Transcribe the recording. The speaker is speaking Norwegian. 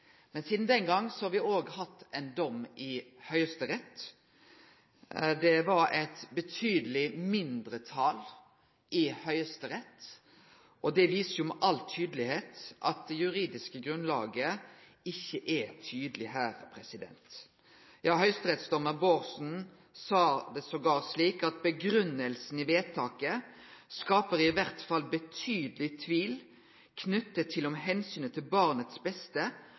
Sidan den gongen har vi hatt ein dom i Høgsterett. Det var eit betydeleg mindretal i Høgsterett, og det viser heilt klart at det juridiske grunnlaget ikkje er tydeleg her. Høgsterettsdommar Bårdsen sa det endåtil slik: «Begrunnelsen i vedtaket skaper i hvert fall betydelig tvil knyttet til om hensynet til Fs beste